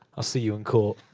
i'll see you in court.